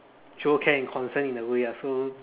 show care and concern in a way lah so